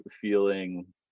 feeling